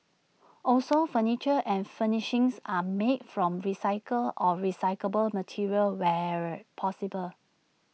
also furniture and furnishings are made from recycled or recyclable materials where possible